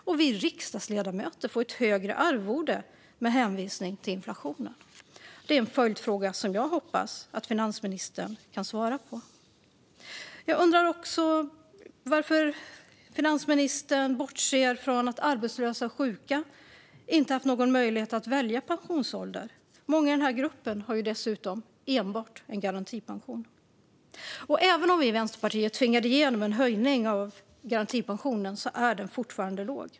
Och vi riksdagsledamöter får ett högre arvode med hänvisning till inflationen. Det är en följdfråga som jag hoppas att finansministern kan svara på. Jag undrar också varför finansministern bortser från att arbetslösa och sjuka inte har haft någon möjlighet att välja pensionsålder. Många i denna grupp har dessutom enbart en garantipension. Och även om vi i Vänsterpartiet tvingade igenom en höjning av garantipensionen är den fortfarande låg.